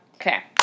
Okay